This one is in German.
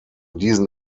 diesen